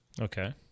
Okay